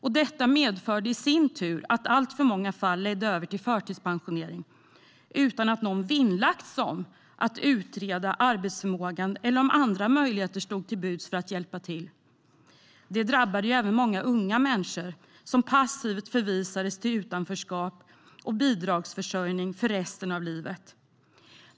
Detta medförde i sin tur att alltför många fall ledde till förtidspensionering utan att någon vinnlagt sig om att utreda arbetsförmågan eller om andra möjligheter stod till buds för att hjälpa. Detta drabbade även många unga människor, som passivt förvisades till utanförskap och bidragsförsörjning för resten av livet.